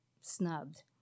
snubbed